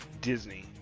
Disney